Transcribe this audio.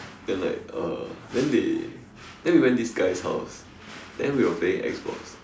then like uh then they then we went this guy's house then we were playing Xbox